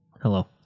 Hello